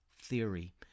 theory